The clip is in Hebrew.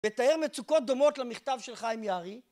ותאר מצוקות דומות למכתב של חיים יערי